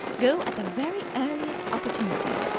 go at the very earliest opportunity.